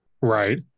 Right